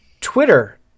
Twitter